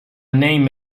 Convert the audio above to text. name